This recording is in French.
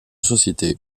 société